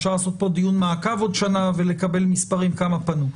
אפשר לעשות פה דיון מעקב עוד שנה ולקבל מספרים כמה פנו.